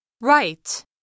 Right